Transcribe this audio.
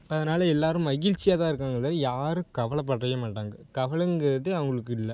இப்போ அதனால எல்லாரும் மகிழ்சியாகதான் இருக்காங்க தவிர யாரும் கவலப்படவே மாட்டாங்க கவலைங்கிறது அவங்களுக்கு இல்லை